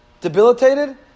debilitated